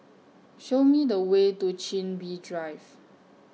Show Me The Way to Chin Bee Drive